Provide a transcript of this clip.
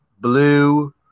blue